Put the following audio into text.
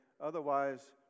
Otherwise